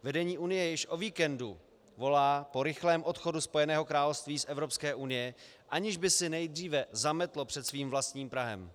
Vedení Unie již o víkendu volá po rychlém odchodu Spojeného království z Evropské unie, aniž by si nejdříve zametlo před svým vlastním prahem.